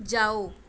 ਜਾਓ